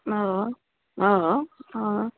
অঁ অঁ অঁ